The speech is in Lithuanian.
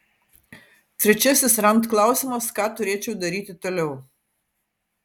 trečiasis rand klausimas ką turėčiau daryti toliau